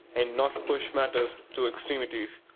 and not push matters to extremities.